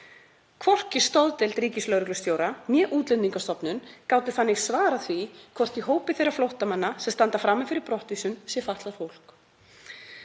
Hvorki stoðdeild ríkislögreglustjóra né Útlendingastofnun gátu þannig svarað því hvort í hópi þeirra flóttamanna sem standa frammi fyrir brottvísun sé fatlað fólk.